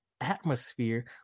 atmosphere